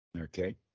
Okay